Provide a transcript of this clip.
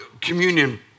communion